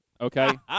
okay